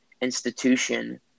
institution